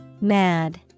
mad